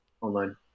online